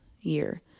year